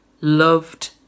loved